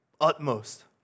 Utmost